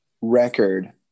record